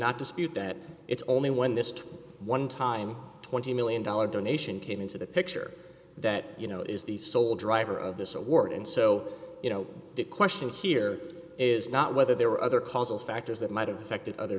not dispute that it's only when this one time twenty million dollars donation came into the picture that you know is the sole driver of this award and so you know the question here is not whether there were other causal factors that might have affected other